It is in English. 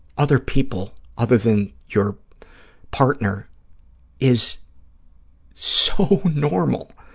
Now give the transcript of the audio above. other people other than your partner is so normal.